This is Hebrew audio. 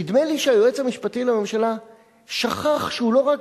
נדמה לי שהיועץ המשפטי לממשלה שכח שהוא לא רק